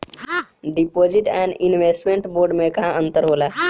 Deposit and investment bond मे का अंतर होला?